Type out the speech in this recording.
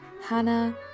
Hannah